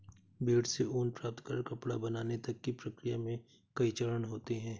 भेड़ से ऊन प्राप्त कर कपड़ा बनाने तक की प्रक्रिया में कई चरण होते हैं